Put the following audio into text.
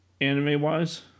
Anime-wise